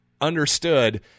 understood